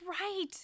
right